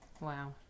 wow